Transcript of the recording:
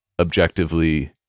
objectively